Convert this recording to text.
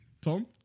Tom